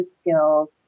skills